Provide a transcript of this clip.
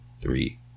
three